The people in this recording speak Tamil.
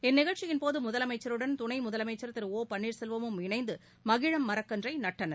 இந்நிகழ்ச்சியின் போது முதலமைச்சருடன் துணை முதலமைச்சர் திரு ஒ பன்னீர்செல்வமும் இணைந்து மகிழம் மரக்கன்றை நட்டனர்